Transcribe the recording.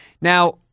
Now